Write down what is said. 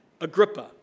Agrippa